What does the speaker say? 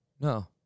No